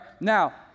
Now